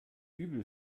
übel